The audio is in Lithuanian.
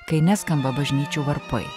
kai neskamba bažnyčių varpai